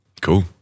Cool